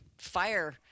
fire